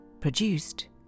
produced